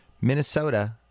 Minnesota